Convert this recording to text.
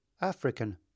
African